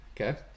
Okay